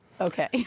Okay